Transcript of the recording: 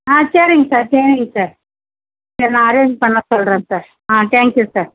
ஆ சரிங்க சார் சரிங்க சார் சரி நான் அரேன்ஜ் பண்ண சொல்றேன் சார் ஆ தேங்க் யூ சார்